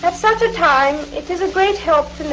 such a time it is a great help